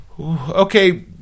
okay